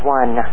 one